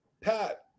Pat